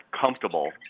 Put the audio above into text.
comfortable